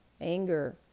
anger